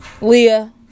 Leah